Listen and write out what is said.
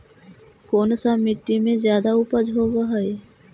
कोन सा मिट्टी मे ज्यादा उपज होबहय?